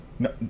No